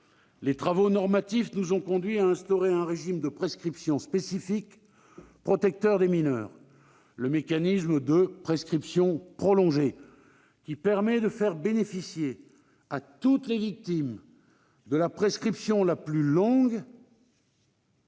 Les travaux normatifs nous ont conduits à instaurer un régime de prescription spécifique protégeant les mineurs. Le mécanisme de prescription prolongée, qui permet de faire bénéficier toutes les victimes de la prescription la plus longue,